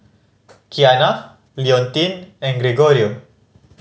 Qiana Leontine and Gregorio